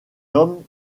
homme